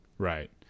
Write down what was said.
Right